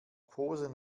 posen